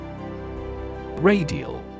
Radial